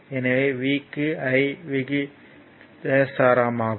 எனவே V க்கு I விகிதாசாரமாகும்